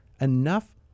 enough